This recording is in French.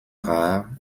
rare